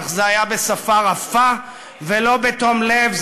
אך זה היה בשפה רפה ולא בתום לב,